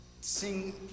Sing